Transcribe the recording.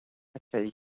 ਅੱਛਾ ਜੀ